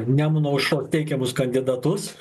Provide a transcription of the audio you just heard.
nemuno aušros teikiamus kandidatus